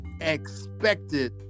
expected